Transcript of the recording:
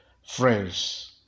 Friends